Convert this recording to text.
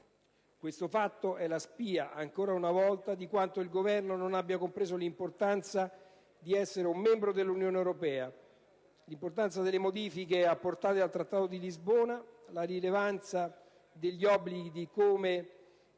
Questo fatto è la spia, ancora una volta, di quanto il Governo non abbia compreso l'importanza di essere un membro dell'Unione europea, l'importanza delle modifiche apportate dal Trattato di Lisbona, la rilevanza degli obblighi che come